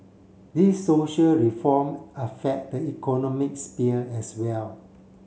these social reform affect the economics sphere as well